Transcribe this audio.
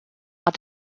are